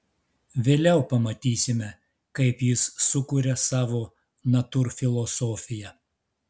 vėliau pamatysime kaip jis sukuria savo natūrfilosofiją